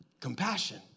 compassion